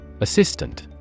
Assistant